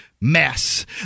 mess